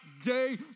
day